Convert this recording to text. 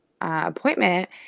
appointment